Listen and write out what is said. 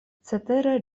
cetere